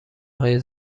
های